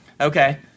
Okay